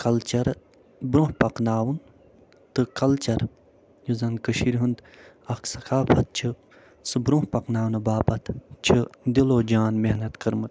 culture برٛونٛہہ پکناوُن تہٕ کلچر یُس زن کٔشیٖرِ ہُنٛد اکھ سقافت چھِ سُہ برٛونٛہہ پکناونہٕ باپتھ چھِ دِلو جان محنت کٔرمٕژ